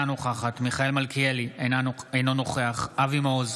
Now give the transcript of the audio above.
אינה נוכחת מיכאל מלכיאלי, אינו נוכח אבי מעוז,